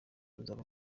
uzava